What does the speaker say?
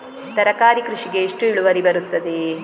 ತರಕಾರಿ ಕೃಷಿಗೆ ಎಷ್ಟು ಇಳುವರಿ ಬರುತ್ತದೆ?